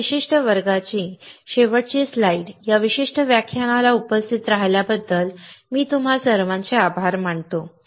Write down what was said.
तर या विशिष्ट वर्गाची शेवटची स्लाइड या विशिष्ट व्याख्यानाला उपस्थित राहिल्याबद्दल मी तुम्हा सर्वांचे आभार मानतो